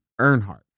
Earnhardt